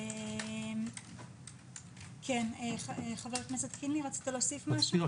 בבקשה, המרכז לסיוע